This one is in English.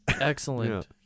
Excellent